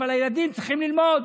אבל הילדים צריכים ללמוד.